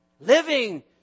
Living